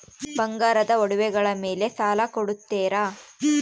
ಬಂಗಾರದ ಒಡವೆಗಳ ಮೇಲೆ ಸಾಲ ಕೊಡುತ್ತೇರಾ?